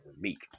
meet